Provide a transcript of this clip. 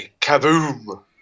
kaboom